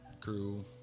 crew